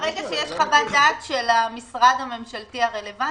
ברגע שיש חוות דעת של המשרד הממשלתי הרלוונטי,